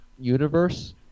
universe